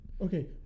Okay